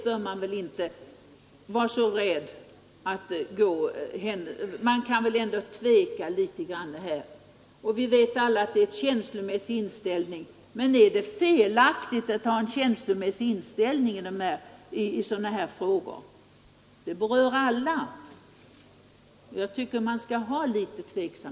Kalla detta en känslomässig inställning! Men är det felaktigt att ha en känslomässig inställning i sådana här frågor? Jag tycker tvärtom man bör känna tvekan.